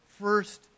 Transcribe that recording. first